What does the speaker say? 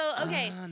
okay